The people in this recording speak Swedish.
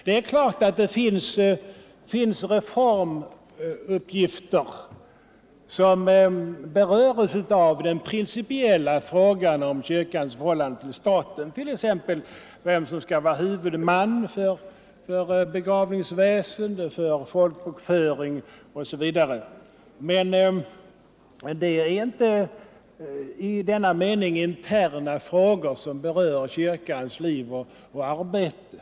Det är klart att det finns reformuppgifter som berörs av den principiella frågan om kyrkans förhållande till staten, t.ex. vem som skall vara huvudman för begravningsväsende, folkbokföring osv. Men detta är inte i den meningen interna frågor, som berör kyrkans inre liv och arbete.